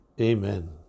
Amen